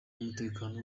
w’umutekano